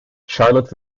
charlotte